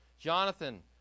Jonathan